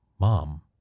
Mom